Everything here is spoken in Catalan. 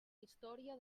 història